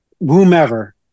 Whomever